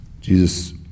Jesus